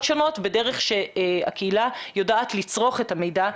שונות בדרך שהקהילה יודעת לצרוך את המידע,